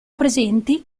presenti